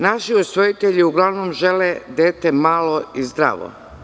Naši usvojitelji uglavnom žele dete malo i zdravo.